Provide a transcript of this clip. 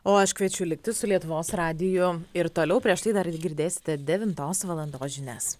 o aš kviečiu likti su lietuvos radijo ir toliau prieš tai dar ir girdėsite devintos valandos žinias